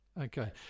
Okay